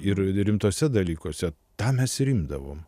ir rimtuose dalykuose tą mes rinkdavom